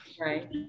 Right